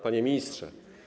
Panie Ministrze!